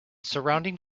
surrounding